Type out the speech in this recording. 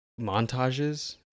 montages